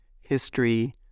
history